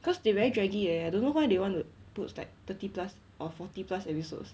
cause they very draggy leh I don't know why they want to put like thirty plus or forty plus episodes